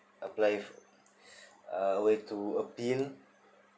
apply fo~ uh way to appeal